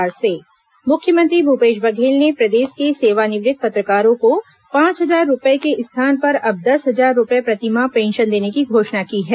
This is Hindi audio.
मुख्यमंत्री प्रेस क्लब कार्यकारिणी मुख्यमंत्री भूपेश बघेल ने प्रदेश के सेवानिवृत्त पत्रकारों को पांच हजार रुपये के स्थान पर अब दस हजार रुपये प्रतिमाह पेंशन देने की घोषणा की है